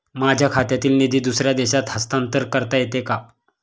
माझ्या खात्यातील निधी दुसऱ्या देशात हस्तांतर करता येते का?